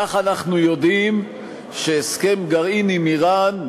כך אנחנו יודעים שהסכם גרעין עם איראן,